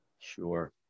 Sure